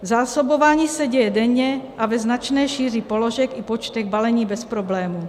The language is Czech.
Zásobování se děje denně a ve značné šíři položek i počtech balení bez problémů.